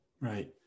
Right